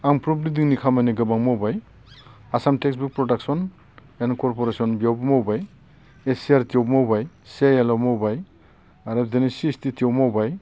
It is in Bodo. आं प्रुफरिदिंनि खामानि गोबां मावबाय Assam textbook production and corporation बेयावबो मावबाय एस सि आर टि आवबो मावबाय सि आइ एल आव मावबाय आरो दिनै सि ऐस टि टि आव मावबाय